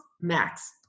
max